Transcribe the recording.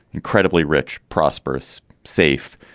incredibly rich, prosperous, safe,